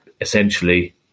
essentially